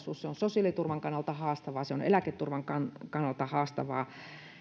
kokonaisuus on sosiaaliturvan kannalta haastavaa se on eläketurvan kannalta kannalta haastavaa